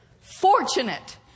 fortunate